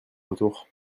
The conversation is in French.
retour